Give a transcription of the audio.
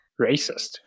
racist